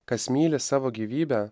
kas myli savo gyvybę